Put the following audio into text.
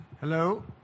Hello